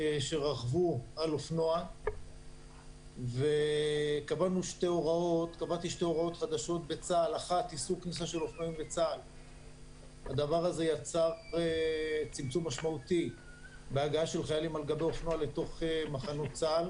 על גבי אופנוע לתוך מחנות צה"ל.